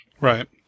Right